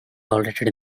tolerated